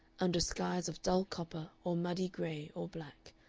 under skies of dull copper or muddy gray or black,